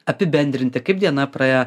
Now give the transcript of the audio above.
apibendrinti kaip diena praėjo